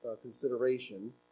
consideration